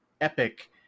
epic